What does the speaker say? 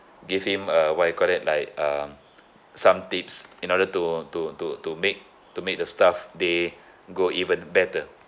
give him a what you call that like um some tips in order to to to to make to make the staff day go even better